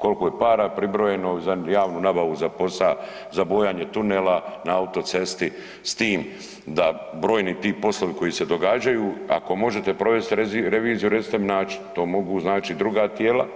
Koliko je para pribrojeno za javnu nabavu, za posao, za bojanje tunela, na autocesti s tim da brojni ti poslovi koji se događaju, ako možete provesti reviziju, recite mi način, to mogu znači druga tijela